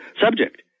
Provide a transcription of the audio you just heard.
subject